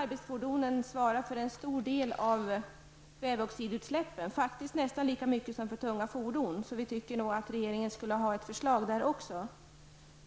Arbetsfordonen svarar för en stor del av kväveoxidutsläppen, faktiskt för en nästan lika stor del som de tunga fordonen. Vi tycker att regeringen skulle ha kommit med ett förslag där också. Jag